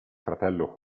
fratello